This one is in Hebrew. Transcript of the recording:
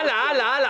--- הלאה, הלאה, הלאה.